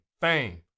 Fame